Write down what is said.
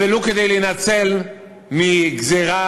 ולו כדי להינצל מגזירה,